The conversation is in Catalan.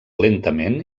lentament